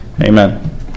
Amen